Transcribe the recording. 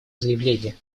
заявление